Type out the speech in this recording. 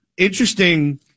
Interesting